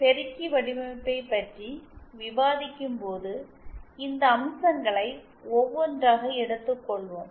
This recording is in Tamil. பெருக்கி வடிவமைப்பைப் பற்றி விவாதிக்கும்போது இந்த அம்சங்களை ஒவ்வொன்றாக எடுத்துக்கொள்வோம்